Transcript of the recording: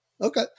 Okay